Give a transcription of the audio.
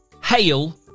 hail